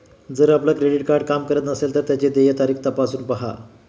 जर आपलं credit card काम करत नसेल तर त्याची देय तारीख तपासून पाहा